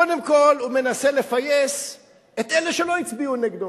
קודם כול, הוא מנסה לפייס את אלה שהצביעו נגדו,